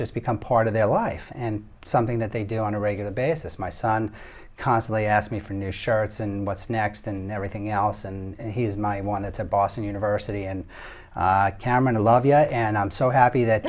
just become part of their life and something that they do on a regular basis my son constantly asked me for new shirts and what's next and everything else and he's my wanted to boston university and cameron i love you and i'm so happy that